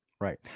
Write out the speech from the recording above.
Right